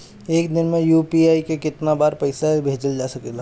एक दिन में यू.पी.आई से केतना बार पइसा भेजल जा सकेला?